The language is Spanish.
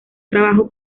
trabajo